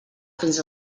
fins